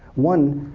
one,